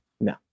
No